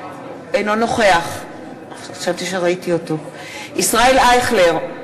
אינו נוכח ישראל אייכלר,